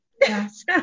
yes